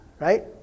right